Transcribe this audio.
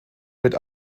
mit